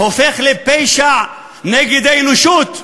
הופך לפשע נגד האנושות,